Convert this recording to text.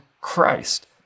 Christ